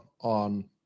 on